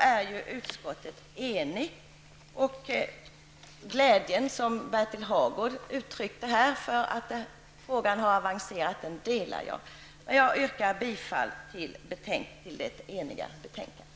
är utskottet enigt, och jag delar den glädje som Birger Hagård uttryckte över att frågan har avancerat. Jag yrkar bifall till den eniga hemställan i betänkandet.